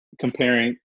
comparing